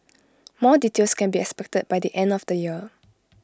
more details can be expected by the end of the year